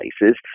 places